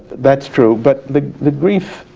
that's true. but the the grief,